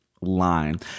line